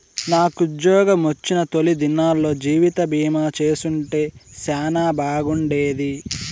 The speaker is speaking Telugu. నాకుజ్జోగమొచ్చిన తొలి దినాల్లో జీవితబీమా చేసుంటే సానా బాగుండేది